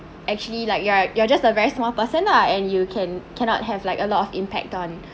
actually like you're you're just a very small person lah and you can~ cannot have like a lot of impact on